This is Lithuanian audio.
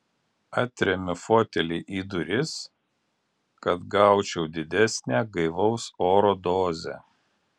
atremiu fotelį į duris kad gaučiau didesnę gaivaus oro dozę